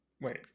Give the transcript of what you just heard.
wait